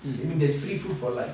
I mean there's free food for life